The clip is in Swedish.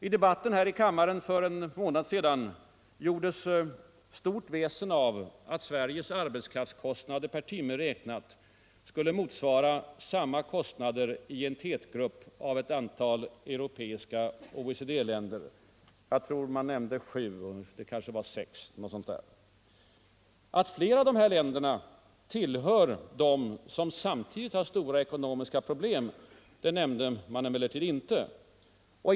I debatten här i kammaren för en månad sedan gjordes stort väsen av att Sveriges arbetskraftskostnader per timme räknat nu motsvarar samma kostnader i en tätgrupp av ett antal europeiska OECD-länder. Jag tror att man nämnde sju eller kanske sex. Att flera av dessa länder tillhör dem som samtidigt har stora ekonomiska problem nämnde man emellertid inte.